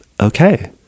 Okay